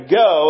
go